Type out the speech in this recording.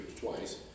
twice